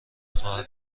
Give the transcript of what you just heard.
خواهد